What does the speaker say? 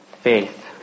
faith